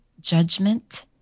judgment